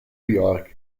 york